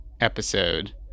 episode